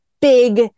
big